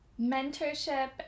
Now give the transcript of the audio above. mentorship